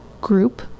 Group